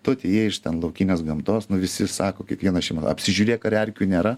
tu atėjai iš ten laukinės gamtos nu visi sako kiekviena šeima apsižiūrėk ar erkių nėra